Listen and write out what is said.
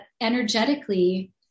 energetically